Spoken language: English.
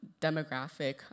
demographic